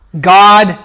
God